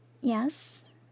yes